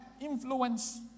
influence